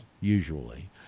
usually